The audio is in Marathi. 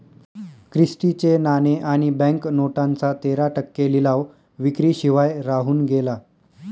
क्रिस्टी चे नाणे आणि बँक नोटांचा तेरा टक्के लिलाव विक्री शिवाय राहून गेला